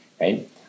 Right